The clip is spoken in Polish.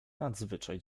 nadzwyczaj